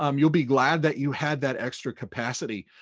um you'll be glad that you had that extra capacity,